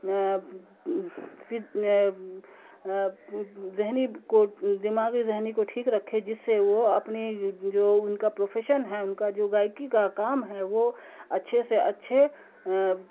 ذہنی کو دماغی ذہنی کو ٹھیک رکھے جس سے وہ اپنی جو ان کا پروفیشن ہے ان کا جو گائکی کا کام ہے وہ اچھے سے اچھے